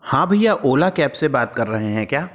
हाँ भैया ओला कैब से बात कर रहे हैं क्या